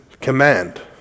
command